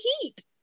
heat